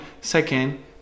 Second